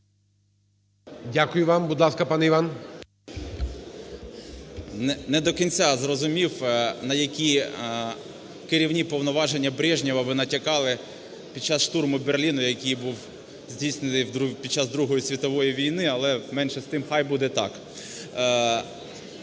Дякую вам. Будь ласка, пане Іван. 11:13:02 ВІННИК І.Ю. Не до кінця зрозумів, на які керівні повноваження Брежнєва ви натякали під час штурму Берліну, який був здійснений під час Другої світової війни, але, менше з тим, хай буде так.